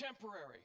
temporary